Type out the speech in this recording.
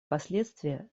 последствия